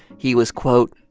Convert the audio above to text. he was, quote,